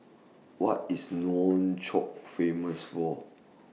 What IS Nouakchott Famous For